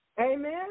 Amen